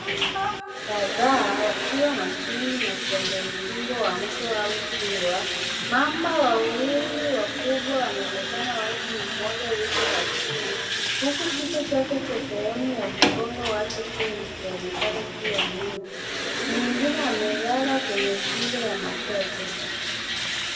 Mamba kadhaa wakiwa majini na kwenye ukingo wa mto au ziwa. Mamba wawili wakubwa wanaonekana wazi mmoja yuko majini huku kichwa chake cha sehemu ya mgongo wake tu ikionekana juu ya maji. Mwingine amelala kwenye kingo ya matope.